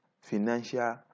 financial